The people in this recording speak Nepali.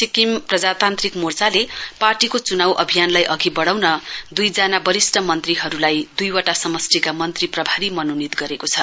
सिकिकम प्रजातान्त्रिक मोर्चाले पार्टीको चुनाउ अभियानलाई अधि बढ़ाउन दुइजना वरिष्ट मन्त्रीहरूलाई दुइवटा समष्टिका मन्त्री प्रभारी मनोनित गरेको छ